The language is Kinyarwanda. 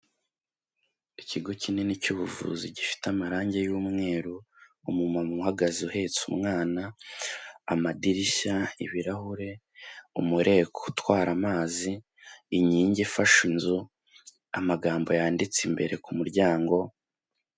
Ikigo kinini cy'ubuvuzi gifite amarangi y'umweru, umumama uhagaze uhetse umwana, amadirishya, ibirahure, umureko utwara amazi, inkingi ifashe inzu, amagambo yanditse imbere ku muryango.